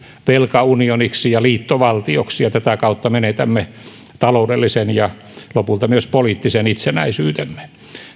velkaunioniksi ja liittovaltioksi ja tätä kautta menetämme taloudellisen ja lopulta myös poliittisen itsenäisyytemme